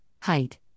height